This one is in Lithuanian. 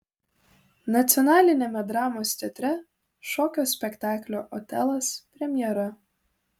nacionaliniame dramos teatre šokio spektaklio otelas premjera